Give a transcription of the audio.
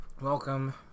Welcome